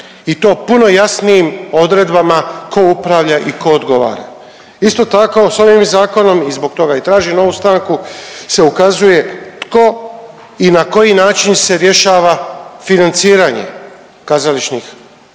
i to puno jasnijim odredbama tko upravlja i tko odgovara. Isto tako sa ovim zakonom i zbog toga i tražim ovu stanku se ukazuje tko i na koji način se rješava financiranje kazališnih